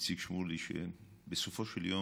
איציק שמולי שבסופו של יום,